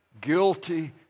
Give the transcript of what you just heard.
guilty